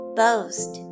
boast